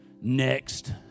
Next